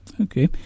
Okay